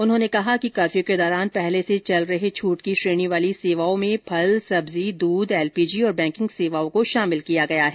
उन्होंने कहा कि कफ्र्यू के दौरान पहले से चल रहे छूट की श्रेणी वाली सेवाओं में फल सब्जी दूध एलपीजी और बैंकिंग सेवाओं को शामिल किया गया है